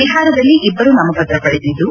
ಬಿಹಾರದಲ್ಲಿ ಇಬ್ಬರು ನಾಮಪತ್ರ ಹಿಂಪಡೆದಿದ್ದು